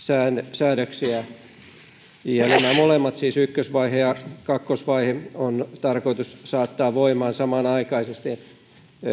säädöksiä nämä molemmat siis ykkösvaihe ja kakkosvaihe on tarkoitus saattaa voimaan samanaikaisesti